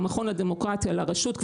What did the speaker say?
מהמכון לדמוקרטיה לרשות,